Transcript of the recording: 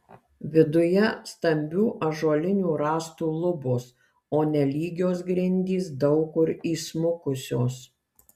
viduje stambių ąžuolinių rąstų lubos o nelygios grindys daug kur įsmukusios